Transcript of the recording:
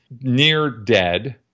near-dead